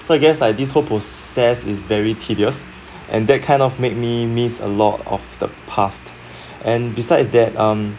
so I guess like this whole process is very tedious and that kind of make me miss a lot of the past and besides that um